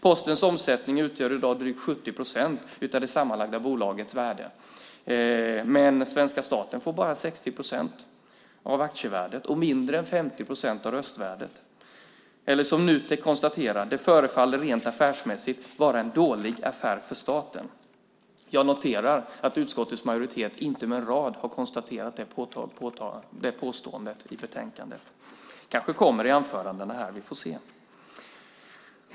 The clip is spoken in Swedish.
Postens omsättning utgör i dag drygt 70 procent av det sammanlagda bolagets värde, men svenska staten får bara 60 procent av aktievärdet och mindre än 50 procent av röstvärdet. Eller som Nutek konstaterade: Det förefaller rent affärsmässigt vara en dålig affär för staten. Jag noterar att utskottets majoritet inte med en rad har kommenterat det påståendet i betänkandet. Det kanske kommer i anförandena här - vi får se.